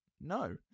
no